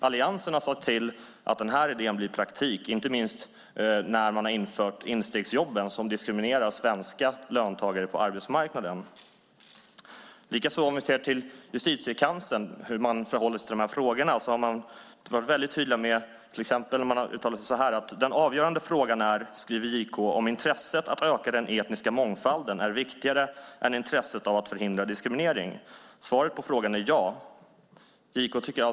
Alliansen har sett till att denna idé blir praktik, inte minst när man har infört instegsjobben, som diskriminerar svenska löntagare på arbetsmarknaden. Om vi ser till Justitiekanslern och hur man där förhåller sig till dessa frågor har man varit väldig tydlig. Man har till exempel uttalat sig så här: Den avgörande frågan är om intresset att öka den etniska mångfalden är viktigare än intresset av att förhindra diskriminering. Svaret på frågan är ja. Så skriver JK.